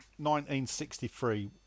1963